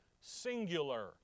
singular